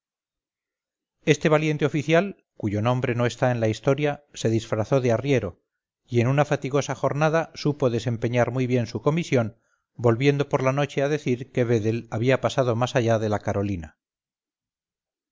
este valiente oficial cuyo nombre no está en la historia se disfrazó de arriero y en una fatigosa jornada supo desempeñar muy bien su comisión volviendo por la noche a decir que vedel había pasado ya más allá de la carolina